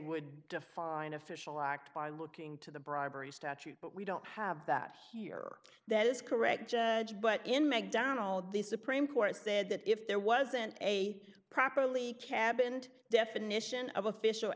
would define official act by looking to the bribery statute but we don't have that here that is correct but in mcdonald the supreme court said that if there wasn't a properly cabined definition of official